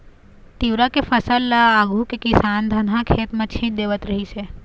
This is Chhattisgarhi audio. तिंवरा के फसल ल आघु के किसान धनहा खेत म छीच देवत रिहिस हे